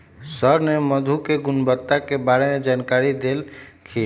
sir ने मधु के गुणवत्ता के बारे में जानकारी देल खिन